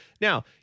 Now